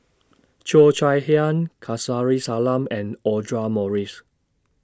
Cheo Chai Hiang Kamsari Salam and Audra Morrice